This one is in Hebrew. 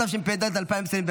התשפ"ד 2024,